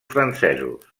francesos